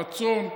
הרצון,